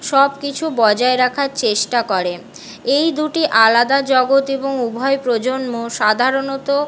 সব কিছু বজায় রাখার চেষ্টা করে এই দুটি আলাদা জগৎ এবং উভয় প্রজন্ম সাধারণত